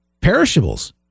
Perishables